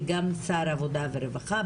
וגם שר העבודה והרווחה,